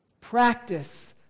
Practice